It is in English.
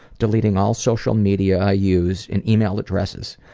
deleting all social media i use and email addresses.